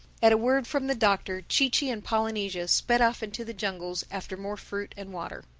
at a word from the doctor, chee-chee and polynesia sped off into the jungles after more fruit and water.